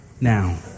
now